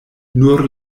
nur